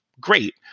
Great